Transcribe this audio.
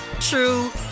true